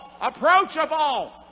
Approachable